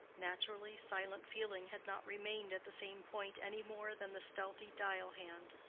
naturally, silent feeling had not remained at the same point any more than the stealthly dial-hand,